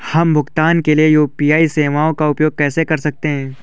हम भुगतान के लिए यू.पी.आई सेवाओं का उपयोग कैसे कर सकते हैं?